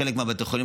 חלק מבתי החולים,